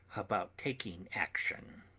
about taking action.